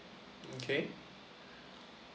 okay